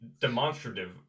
demonstrative